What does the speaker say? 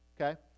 okay